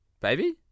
baby